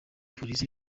polisi